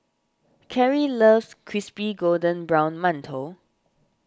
Cary loves Crispy Golden Brown Mantou